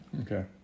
Okay